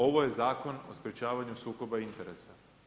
Ovo je Zakon o sprečavanju sukoba interesa.